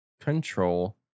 control